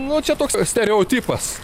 nu čia toks stereotipas